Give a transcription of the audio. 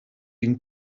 been